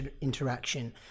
interaction